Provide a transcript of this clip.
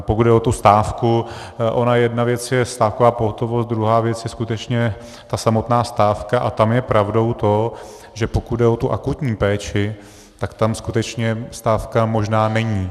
Pokud jde o tu stávku, ona jedna věc je stávková pohotovost, druhá věc je skutečně samotná stávka a tam je pravdou to, že pokud jde o akutní péči, tak tam skutečně stávka možná není.